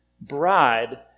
bride